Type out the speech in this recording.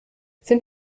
sind